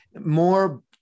more